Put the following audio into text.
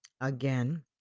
Again